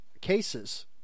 cases